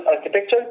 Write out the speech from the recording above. architecture